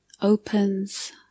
opens